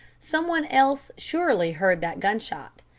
some one else surely heard that gunshot.